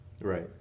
Right